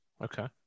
Okay